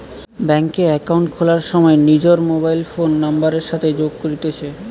bank এ account খোলার সময় নিজর মোবাইল ফোন নাম্বারের সাথে যোগ করতিছে